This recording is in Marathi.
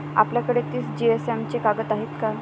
आपल्याकडे तीस जीएसएम चे कागद आहेत का?